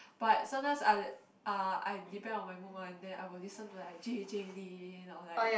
but sometimes I uh I depend on my mood one then I will listen like J J Lin or like